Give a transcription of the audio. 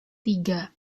tiga